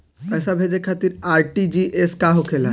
पैसा भेजे खातिर आर.टी.जी.एस का होखेला?